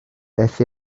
beth